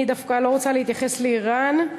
אני דווקא לא רוצה להתייחס לאיראן,